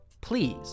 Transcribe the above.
please